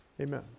amen